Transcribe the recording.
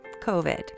COVID